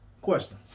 Question